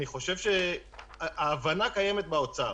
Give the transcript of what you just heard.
אני חושב שההבנה קיימת באוצר.